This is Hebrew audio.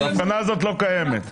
ההבחנה הזאת לא קיימת.